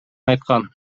айткан